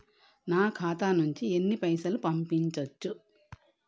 నా ఖాతా నుంచి ఎన్ని పైసలు పంపించచ్చు?